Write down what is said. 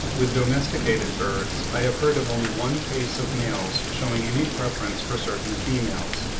with domesticated birds, i have heard of only one case of males shewing any preference for certain females,